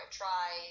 try